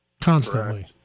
constantly